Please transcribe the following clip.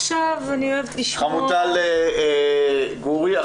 חמוטל גורי.